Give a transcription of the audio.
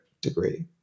degree